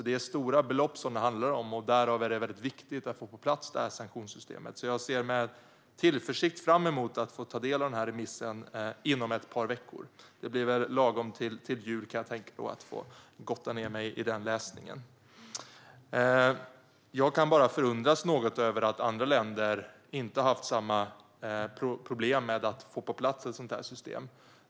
Det handlar alltså om stora belopp, och därför är det väldigt viktigt att vi får sanktionssystemet på plats. Jag ser alltså med tillförsikt fram emot att få ta del av remissen inom ett par veckor. Det blir väl lagom till jul som jag kan få gotta mig åt den läsningen. Jag kan bara något förundras över att andra länder inte har haft samma problem med att få ett sådant här system på plats.